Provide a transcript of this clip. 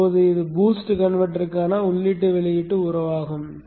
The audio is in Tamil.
இப்போது இது பூஸ்ட் கன்வெர்ட்டருக்கான உள்ளீட்டு வெளியீட்டு உறவாகும்